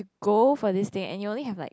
go for this thing and you only have like